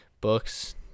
Books